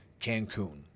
Cancun